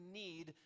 need